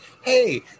hey